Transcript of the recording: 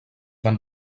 van